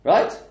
Right